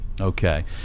Okay